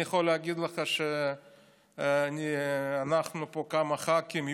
אני יכול להגיד לך שאנחנו פה כמה ח"כים,